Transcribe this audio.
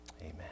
Amen